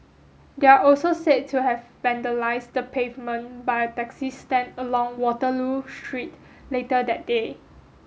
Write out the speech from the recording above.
they are also said to have vandalized the pavement by a taxi stand along Waterloo Street later that day